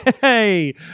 Hey